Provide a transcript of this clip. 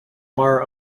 bar